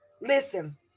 listen